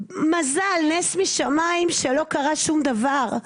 מזל, נס משמיים שלא קרה שום דבר.